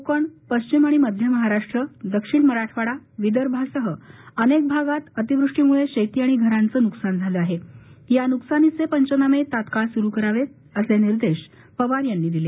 कोकण पश्चिम आणि मध्य महाराष्ट्र दक्षिण मराठवाडा विदर्भासह अनेक भागात अतिवृष्टीमुळे शेती आणि घरांचं नुकसान झालं आहे या नुकसानीचे पंचनामे तात्काळ सुरु करावेत असे निर्देश पवार यांनी दिले